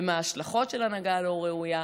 ומה ההשלכות של הנהגה לא ראויה,